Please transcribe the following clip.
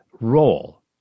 role